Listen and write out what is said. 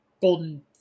Golden